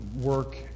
work